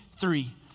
three